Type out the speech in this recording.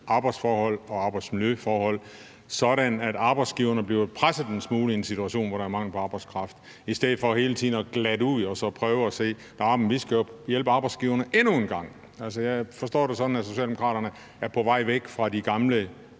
arbejdsforhold og arbejdsmiljøforhold, sådan at arbejdsgiverne bliver presset en smule i en situation, hvor der er mangel på arbejdskraft, i stedet for hele tiden at glatte ud og prøve at sige: Jamen vi skal jo hjælpe arbejdsgiverne endnu en gang. Altså, jeg forstår det sådan, at Socialdemokraterne er på vej væk fra de gamle